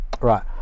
Right